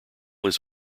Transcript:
his